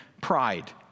pride